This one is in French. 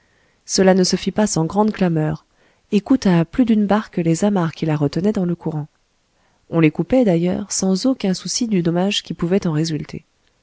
cela ne se fit pas sans grandes clameurs et coûta à plus d'une barque les amarres qui la retenaient dans le courant on les coupait d'ailleurs sans aucun souci du dommage qui pouvait en résulter